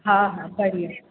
हा हा परीहं